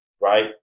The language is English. right